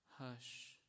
Hush